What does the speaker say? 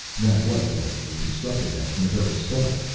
that was the way you constructed them from the very start.